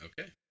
Okay